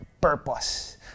purpose